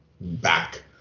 back